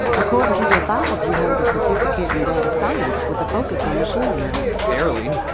according to your files you hold a certificate in data science with a focus on machine learning barely.